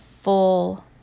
full